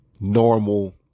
normal